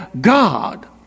God